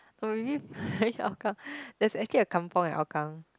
oh we live hougang there's actually a kampung at hougang